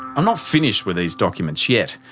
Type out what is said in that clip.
i'm not finished with these documents yet.